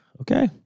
Okay